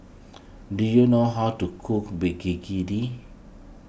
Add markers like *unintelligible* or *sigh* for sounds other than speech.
do you know how to cook *unintelligible*